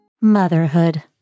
Motherhood